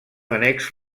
annex